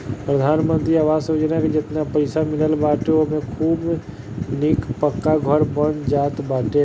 प्रधानमंत्री आवास योजना में जेतना पईसा मिलत बाटे ओमे खूब निक पक्का घर बन जात बाटे